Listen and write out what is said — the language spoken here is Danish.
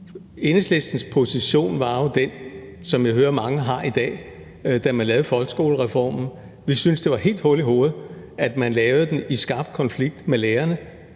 folkeskolereformen, jo var den, som jeg hører mange har i dag, nemlig at vi syntes, det var helt hul i hovedet, at man lavede den i skarp konflikt med lærerne.